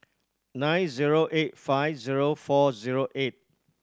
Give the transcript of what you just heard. nine zero eight five zero four zero eight